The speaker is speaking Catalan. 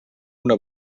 una